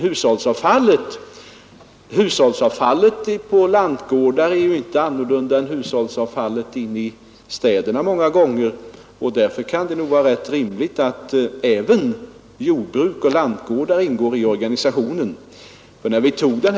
Hushållsavfallet på lantgårdar är ju många gånger inte annorlunda än hushållsavfallet inne i städerna, och därför kan det vara rimligt att även jordbruk och lantgårdar ingår i organisationen.